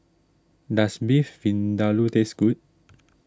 does Beef Vindaloo taste good